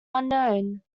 unknown